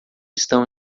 estão